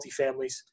multifamilies